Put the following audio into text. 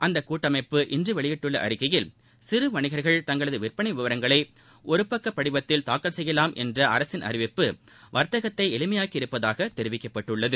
அந்தக் கூட்டமைப்பு இன்று வெளியிட்டுள்ள அறிக்கையில் சிறு வணிகர்கள் தங்களது விற்பனை விவரங்களை ஒருபக்க படிவத்தில் தாக்கல் செய்யலாம் என்ற அரசின் அறிவிப்பு வாத்தகத்தை எளிமையாக்கி உள்ளதாக தெரிவிக்கப்பட்டுள்ளது